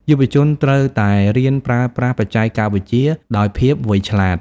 យុវជនត្រូវតែរៀនប្រើប្រាស់បច្ចេកវិទ្យាដោយភាពវៃឆ្លាត។